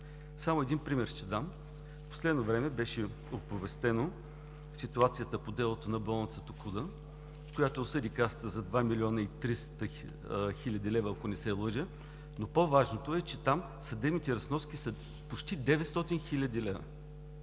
Само един пример ще дам. В последно време беше оповестена ситуацията по делото на болница „Токуда“, която осъди Касата за 2 млн. 300 хил. лв., ако не се лъжа, но по-важното е, че там съдебните разноски са почти 900 хил. лв.